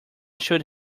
should